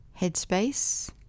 headspace